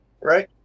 right